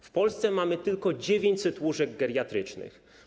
W Polsce mamy tylko 900 łóżek geriatrycznych.